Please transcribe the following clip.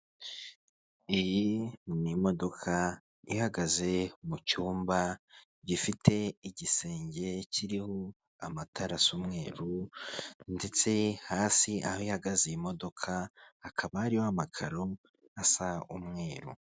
Iyi ni imodoka ihagaze mu cyumba gifite igisenge kiriho amatara asa umweru ndetse hasi aho ihagaze iyi modoka, hakaba hariho amakaro asa umweru.